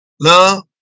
love